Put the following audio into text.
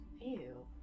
ew